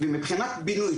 מבחינת בינוי,